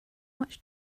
much